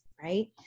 right